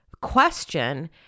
question